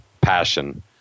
passion